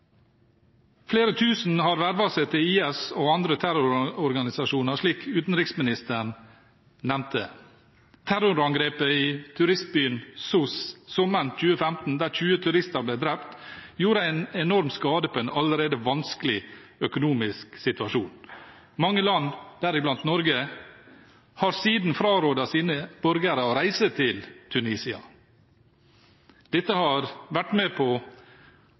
Flere tusen har vervet seg til IS og andre terrororganisasjoner, slik utenriksministeren nevnte. Terrorangrepet i turistbyen Sousse sommeren 2015, der 20 turister ble drept, gjorde enorm skade på en allerede vanskelig økonomisk situasjon. Mange land, deriblant Norge, har siden frarådet sine borgere å reise til Tunisia. Dette har